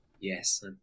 yes